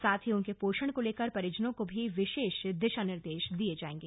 साथ ही उनके पोषण को लेकर परिजनों को भी विशेष दिशा निर्देश दिए जायेंगे